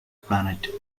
planet